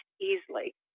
easily